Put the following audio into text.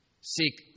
seek